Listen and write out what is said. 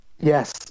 yes